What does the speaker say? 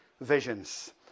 visions